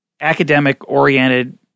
academic-oriented